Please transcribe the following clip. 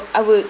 I will